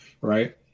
Right